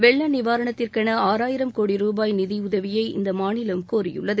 வெள்ள நிவாரணத்திற்கென ஆறாயிரம் கோடி ருபாய் நிதி உதவியை இந்த மாநிலம் கோரியுள்ளது